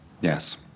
Yes